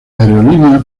aerolínea